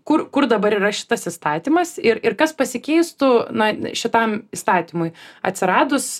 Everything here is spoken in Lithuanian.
kur kur dabar yra šitas įstatymas ir kas pasikeistų na šitam įstatymui atsiradus